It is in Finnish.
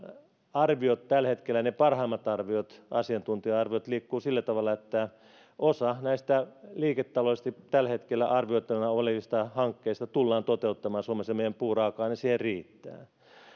arviot tällä hetkellä ne parhaimmat asiantuntija arviot liikkuvat sillä tavalla että osa näistä tällä hetkellä liiketaloudellisesti arvioitavana olevista hankkeista tullaan toteuttamaan ja suomessa meidän puuraaka aine siihen riittää